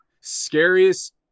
scariest